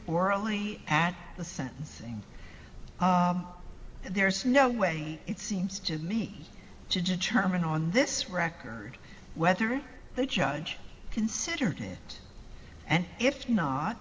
orally at the sentencing there is no way it seems to me to determine on this record whether the judge considered it and if not